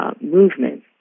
movement